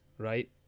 right